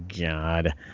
God